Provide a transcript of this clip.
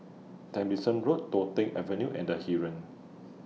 Tomlinson Road Toh Tuck Avenue and The Heeren